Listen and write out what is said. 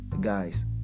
guys